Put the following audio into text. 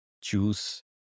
choose